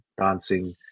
dancing